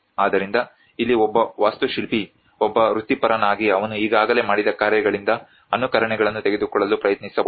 ಆದ್ದರಿಂದ ಇಲ್ಲಿ ಒಬ್ಬ ವಾಸ್ತುಶಿಲ್ಪಿ ಒಬ್ಬ ವೃತ್ತಿಪರನಾಗಿ ಅವನು ಈಗಾಗಲೇ ಮಾಡಿದ ಕಾರ್ಯಗಳಿಂದ ಅನುಕರಣೆಗಳನ್ನು ತೆಗೆದುಕೊಳ್ಳಲು ಪ್ರಯತ್ನಿಸಬಹುದು